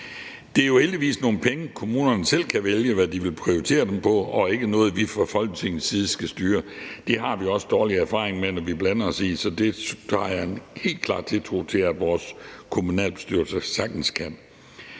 Det er jo heldigvis nogle penge, kommunerne selv kan vælge hvad de vil prioritere til. Det er ikke noget, vi fra Folketingets side skal styre, og det har vi også dårlige erfaringer med når vi blander os i. Så det jeg har helt klart tiltro til at vores kommunalbestyrelser sagtens kan.